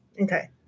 Okay